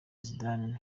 zidane